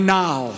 now